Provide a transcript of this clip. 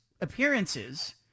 appearances